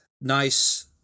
nice